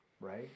Right